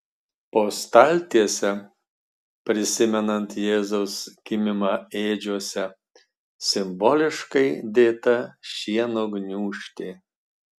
po staltiese prisimenant jėzaus gimimą ėdžiose simboliškai dėta šieno gniūžtė